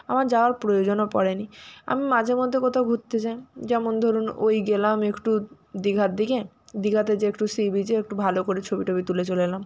আমার যাওয়ার প্রয়োজনও পড়ে নি আমি মাঝে মধ্যে কোথাও ঘুরতে যাই যেমন ধরুন ওই গেলাম একটু দীঘার দিকে দীঘাতে যেয়ে একটু সি বিচে একটু ভালো করে ছবি টবি তুলে চলে এলাম